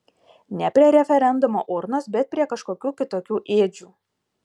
ne prie referendumo urnos bet prie kažkokių kitokių ėdžių